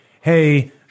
hey